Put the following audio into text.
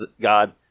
God